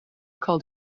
called